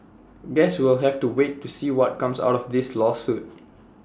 guess we'll have to wait to see what comes out of this lawsuit